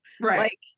right